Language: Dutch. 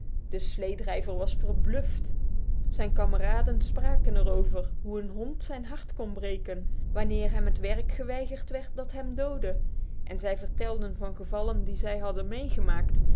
de sleedrijver was verbluft zijn kameraden spraken er over hoe een hond zijn hart kon breken wanneer hem het werk geweigerd werd dat hem doodde en zij vertelden van gevallen die zij hadden meegemaakt